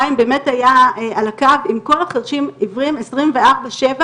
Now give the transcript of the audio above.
חיים באמת היה על הקו עם כל החרשים עיוורים עשרים וארבע/שבע.